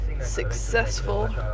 Successful